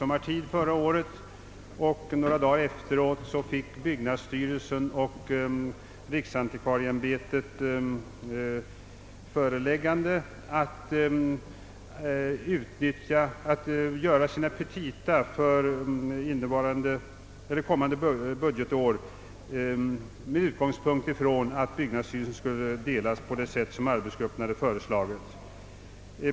martid förra året, och några dagar efteråt fick byggnadsstyrelsen och riksantikvarieämbetet föreläggande att göra sina pepita för kommande budgetår med utgångspunkt i att byggnadsstyrelsen skulle delas på det sätt som arbetsgruppen hade föreslagit.